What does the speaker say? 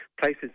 places